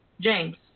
James